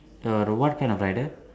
err the what kind of rider